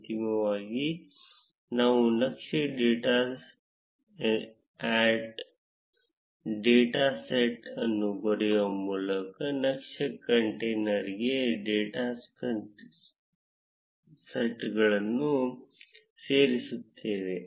ಅಂತಿಮವಾಗಿ ನಾವು ನಕ್ಷೆ ಡಾಟ್ ಆಡ್ ಡೇಟಾ ಸೆಟ್ ಅನ್ನು ಬರೆಯುವ ಮೂಲಕ ನಕ್ಷೆ ಕಂಟೇನರ್ಗೆ ಡೇಟಾ ಸೆಟ್ಗಳನ್ನು ಸೇರಿಸುತ್ತೇವೆ